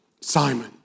Simon